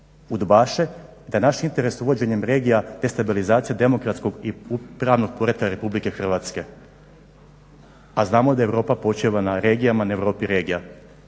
udbaše, te je naš interes uvođenjem regija destabilizacija demokratskog i pravnog poretka Republike Hrvatske, a znamo da Europa počiva na regijama, na Europi regija.